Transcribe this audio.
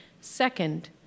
Second